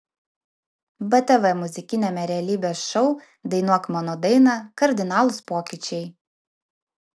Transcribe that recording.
btv muzikiniame realybės šou dainuok mano dainą kardinalūs pokyčiai